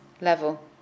level